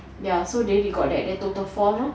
ya so they they got that so total four mah